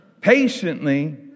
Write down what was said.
patiently